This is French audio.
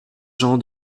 jean